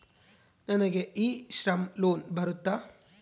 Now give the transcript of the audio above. ನನಗೆ e Shram loan ಬರುತ್ತಾ?